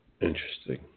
Interesting